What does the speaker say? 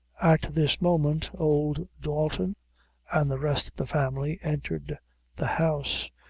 at this moment old dalton and the rest of the family entered the house,